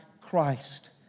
Christ